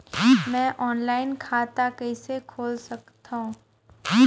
मैं ऑनलाइन खाता कइसे खोल सकथव?